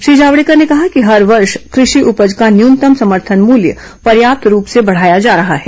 श्री जावड़ेकर ने कहा कि हर वर्ष कृषि उपज का न्यूनतम समर्थन मूल्य पर्याप्त रूप से बढ़ाया जा रहा है